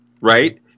Right